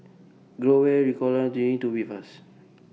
Growell Ricola G Tubifast